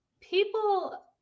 people